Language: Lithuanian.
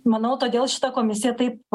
manau todėl šita komisija taip